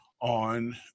on